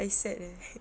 I sad eh